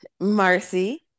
Marcy